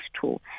tool